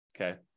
okay